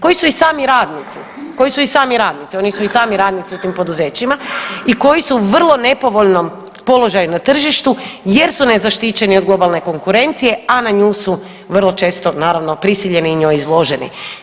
Koji su i sami radnici, koji su i sami radnici, oni su i sami radnici u tim poduzećima i koji su u vrlo nepovoljnom položaju na tržištu jer su nezaštićeni od globalne konkurencije, a na nju su vrlo često naravno prisiljeni i njoj izloženi.